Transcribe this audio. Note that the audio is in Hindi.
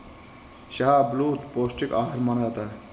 शाहबलूत पौस्टिक आहार माना जाता है